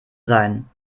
sein